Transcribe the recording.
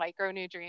micronutrients